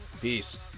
Peace